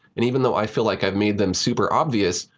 and even though i feel like i've made them super obvious,